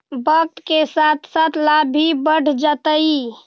वक्त के साथ साथ लाभ भी बढ़ जतइ